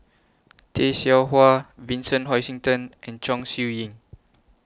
Tay Seow Huah Vincent Hoisington and Chong Siew Ying